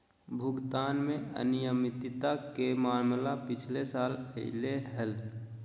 भुगतान में अनियमितता के मामला पिछला साल अयले हल